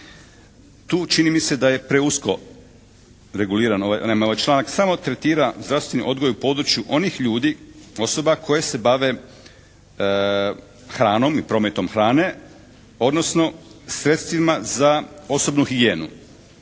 Tu čini mi se da je preusko reguliran malo ovaj članak. Samo tretira zdravstveni odgoj u području onih ljudi, osoba koje se bave hranom i prometom hrane odnosno sredstvima za osobnu higijenu.